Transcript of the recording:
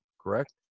correct